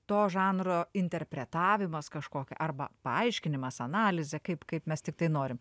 to žanro interpretavimas kažkokia arba paaiškinimas analizė kaip kaip mes tiktai norim